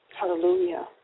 Hallelujah